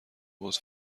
حوض